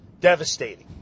Devastating